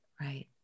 right